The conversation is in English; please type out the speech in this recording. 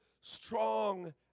strong